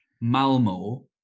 Malmo